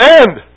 end